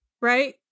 Right